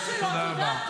תודה רבה.